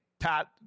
pat